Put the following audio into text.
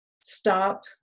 stop